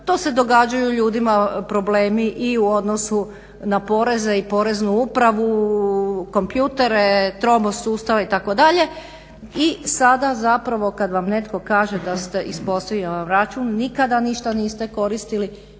to se događaju ljudima problemi i u odnosu na poreze i Poreznu upravu, kompjutere, tromost sustava itd. I sada zapravo kad vam netko kaže i ispostavi vam račun nikada ništa niste koristili